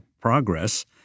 Progress